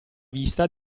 vista